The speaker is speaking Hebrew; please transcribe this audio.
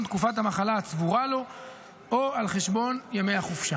תקופת המחלה הצבורה לו או על חשבון ימי החופשה,